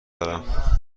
دارم